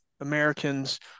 Americans